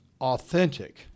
authentic